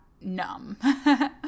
numb